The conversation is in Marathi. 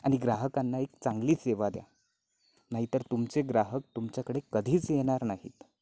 आणि ग्राहकांना एक चांगली सेवा द्या नाही तर तुमचे ग्राहक तुमच्याकडे कधीच येणार नाहीत